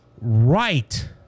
right